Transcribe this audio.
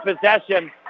possession